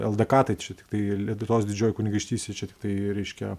ldk tai čia tiktai lietuvos didžioji kunigaikštystė čia tiktai reiškia